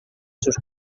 sus